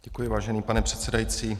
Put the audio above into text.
Děkuji, vážený pane předsedající.